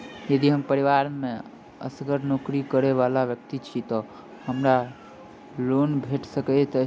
यदि हम परिवार मे असगर नौकरी करै वला व्यक्ति छी तऽ हमरा लोन भेट सकैत अछि?